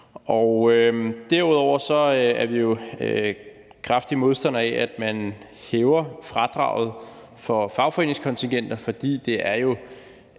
Derudover er vi kraftige modstandere af, at man hæver fradraget for fagforeningskontigenter. For det er